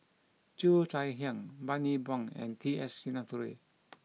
Cheo Chai Hiang Bani Buang and T S Sinnathuray